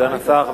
היית שר השיכון,